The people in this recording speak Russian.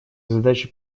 задачи